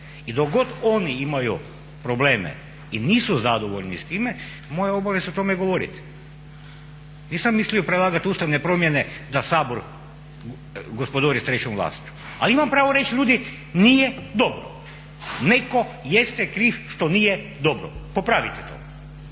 I dok god oni imaju probleme i nisu zadovoljni s time, moja je obaveza o tome govoriti. Nisam mislio predlagati ustavne promjene da Sabor gospodarski sa trećom vlašću ali imam pravo reći ljudi nije dobro. Netko jeste kriv što nije dobro, popraviti će to.